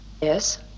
Yes